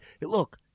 Look